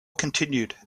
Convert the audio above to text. continued